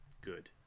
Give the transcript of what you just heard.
good